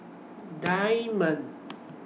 Diamond